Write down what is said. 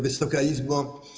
Wysoka Izbo!